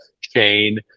Chain